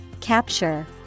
capture